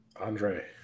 andre